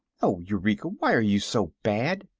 oh, eureka! why are you so bad?